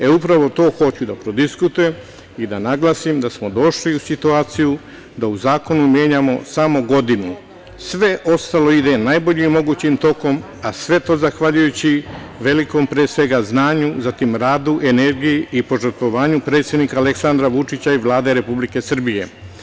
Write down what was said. E, upravo to hoću da prodiskutujem i da naglasim da smo došli u situaciju da u zakonu menjamo samo godinu, sve ostalo ide najboljim mogućim tokom, a sve to zahvaljujući velikom, pre svega, znanju, zatim radu, energiji i požrtvovanju predsednika Aleksandra Vučića i Vlade Republike Srbije.